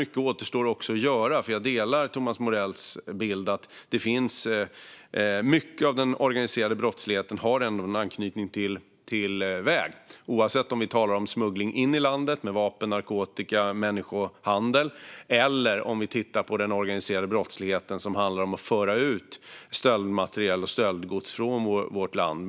Mycket återstår också att göra, och jag delar Thomas Morells bild att mycket av den organiserade brottsligheten har en anknytning till väg, oavsett om vi talar om smuggling av vapen, narkotika och människor in i landet eller utförsel av stöldgods ur vårt land.